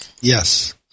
yes